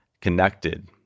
connected